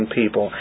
people